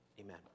Amen